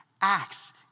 acts